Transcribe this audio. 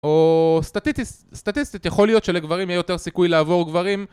או סטטיסטית יכול להיות שלגברים יהיה יותר סיכוי לעבור גברים